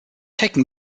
taken